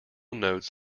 notes